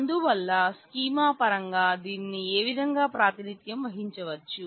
అందువల్ల స్కీమా పరంగా దీనిని ఏవిధంగా ప్రాతినిధ్యం వహించవచ్చు